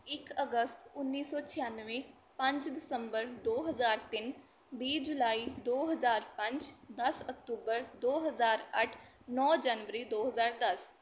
ਇੱਕ ਅਗਸਤ ਉੱਨੀ ਸੌ ਛਿਆਨਵੇਂ ਪੰਜ ਦਸੰਬਰ ਦੋ ਹਜ਼ਾਰ ਤਿੰਨ ਵੀਹ ਜੁਲਾਈ ਦੋ ਹਜ਼ਾਰ ਪੰਜ ਦਸ ਅਕਤੂਬਰ ਦੋ ਹਜ਼ਾਰ ਅੱਠ ਨੌ ਜਨਵਰੀ ਦੋ ਹਜ਼ਾਰ ਦਸ